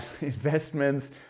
investments